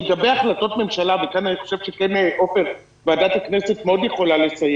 לגבי החלטות ממשלה וכאן אני חושב שוועדת הכנסת יכולה מאוד לסייע